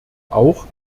auch